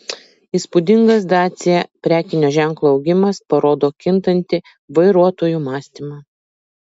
įspūdingas dacia prekinio ženklo augimas parodo kintantį vairuotojų mąstymą